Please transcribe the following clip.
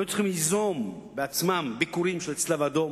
הם היו צריכים ליזום בעצמם ביקורים של הצלב-האדום